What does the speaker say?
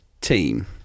team